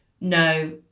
no